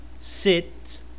Sit